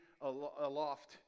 aloft